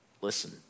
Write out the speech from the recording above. listen